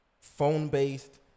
phone-based